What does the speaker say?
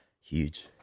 Huge